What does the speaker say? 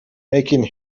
making